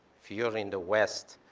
if you're in the west,